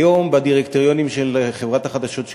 היום בדירקטוריונים של חברת החדשות של